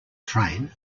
train